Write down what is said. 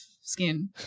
skin